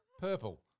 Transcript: Purple